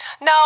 no